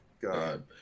god